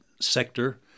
sector